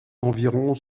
environ